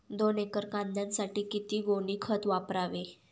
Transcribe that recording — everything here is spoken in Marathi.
दोन एकर कांद्यासाठी किती गोणी खत वापरावे?